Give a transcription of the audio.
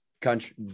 country